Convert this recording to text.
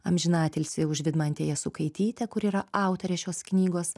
amžiną atilsį už vidmantę jasukaitytę kur yra autorė šios knygos